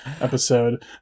episode